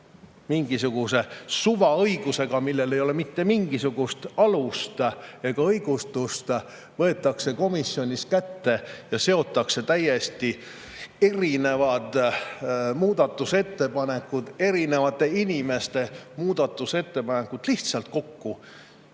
Mingisuguse suvaõigusega, millel ei ole mitte mingisugust alust ega õigustust, võetakse komisjonis kätte ja seotakse täiesti erinevad muudatusettepanekud, erinevate inimeste muudatusettepanekud lihtsalt kokku.